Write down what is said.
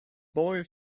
boy